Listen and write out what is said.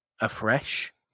afresh